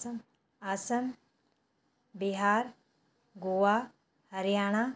Assam Bihar Goa Haryana